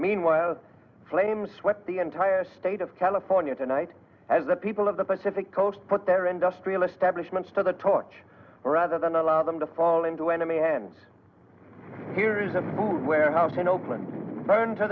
meanwhile the flames swept the entire state of california tonight as the people of the pacific coast put their industrial establishment for the torch rather than allow them to fall into enemy hands here is a warehouse in oakland burned to